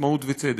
עצמאות וצדק.